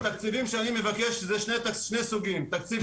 התקציבים שאני מבקש הוא שני סוגי תקציבים,